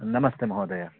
नमस्ते महोदय